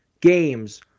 games